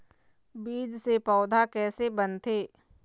बीज से पौधा कैसे बनथे?